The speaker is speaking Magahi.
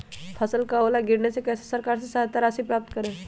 फसल का ओला गिरने से कैसे सरकार से सहायता राशि प्राप्त करें?